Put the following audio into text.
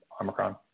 Omicron